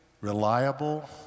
reliable